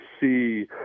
see